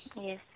Yes